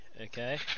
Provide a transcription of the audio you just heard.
Okay